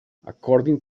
according